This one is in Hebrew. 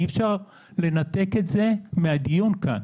אי אפשר לנתק את זה מהדיון כאן,